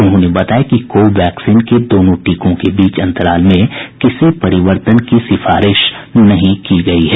उन्होंने बताया कि कोवैक्सीन के दोनों टीकों के बीच अंतराल में किसी परिवर्तन की सिफारिश नहीं की गई है